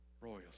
royals